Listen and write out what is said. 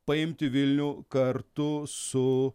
paimti vilnių kartu su